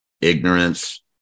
ignorance